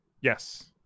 Yes